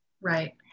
Right